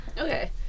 Okay